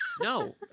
no